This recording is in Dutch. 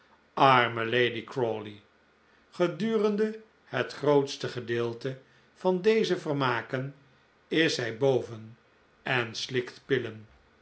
arme lady crawley gedurende het grootste gedeelte van deze vermaken is zij boven en slikt pillen